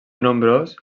nombrós